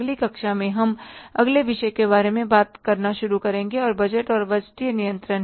अगली कक्षा में हम अगले विषय के बारे में बात करना शुरू करेंगे जो बजट और बजटीय नियंत्रण है